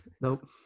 Nope